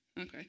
Okay